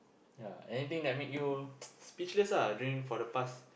ya anything that make you speechless during for the past